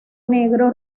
negro